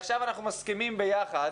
עכשיו אנחנו מסכימים יחד